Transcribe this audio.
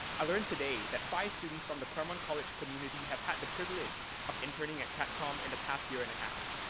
i learned today that five students from the claremont college community have had the privilege of interning at catcomm in the past year and a half.